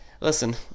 Listen